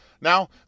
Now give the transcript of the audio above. Now